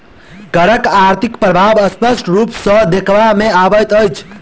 करक आर्थिक प्रभाव स्पष्ट रूप सॅ देखबा मे अबैत अछि